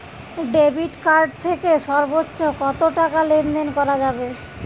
Debit card থেকে সর্বোচ্চ কত টাকা লেনদেন করা যাবে?